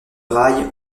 rails